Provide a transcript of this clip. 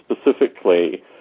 specifically